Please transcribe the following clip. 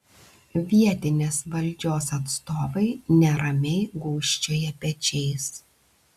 vietinės valdžios atstovai neramiai gūžčioja pečiais